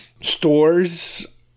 stores